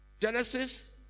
Genesis